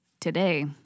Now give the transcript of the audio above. today